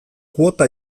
kuota